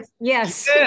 yes